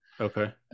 Okay